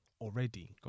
already